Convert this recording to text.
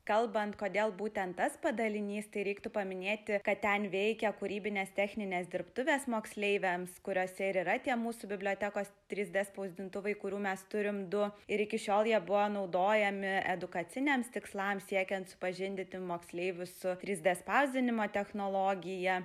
kalbant kodėl būtent tas padalinys tai reiktų paminėti kad ten veikia kūrybinės techninės dirbtuvės moksleiviams kuriose ir yra tie mūsų bibliotekos trys d spausdintuvai kurių mes turim du ir iki šiol jie buvo naudojami edukaciniams tikslams siekiant supažindinti moksleivius su trys d spausdinimo technologija